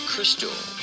Crystal